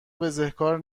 بزهکار